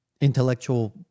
intellectual